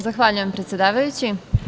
Zahvaljujem predsedavajući.